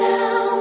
now